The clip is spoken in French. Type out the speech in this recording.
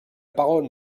parole